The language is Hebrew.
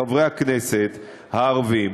חברי הכנסת הערבים,